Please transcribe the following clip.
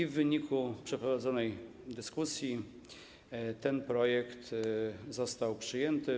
W wyniku przeprowadzonej dyskusji projekt został przyjęty.